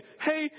hey